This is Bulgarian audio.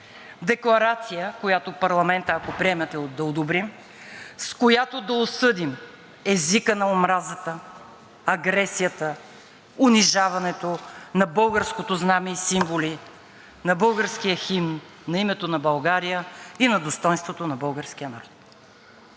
декларация, която парламентът, ако приемете, да одобрим, с която да осъдим езика на омразата, агресията, унижаването на българското знаме и символи, на българския химн, на името на България и на достойнството на българския народ.